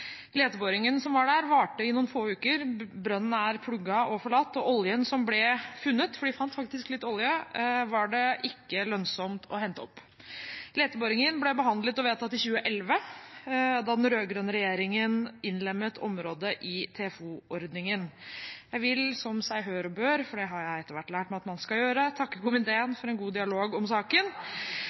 som var der, varte i noen få uker. Brønnen er plugget og forlatt, og oljen som ble funnet – for de fant faktisk litt olje – var det ikke lønnsomt å hente opp. Leteboringen ble behandlet og vedtatt i 2011, da den rød-grønne regjeringen innlemmet området i TFO-ordningen. Jeg vil – som seg hør og bør, for det har jeg etter hvert lært meg at man skal gjøre – takke komiteen for en god dialog om saken.